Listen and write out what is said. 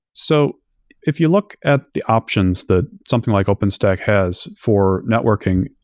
so if you look at the options that something like openstack has for networking,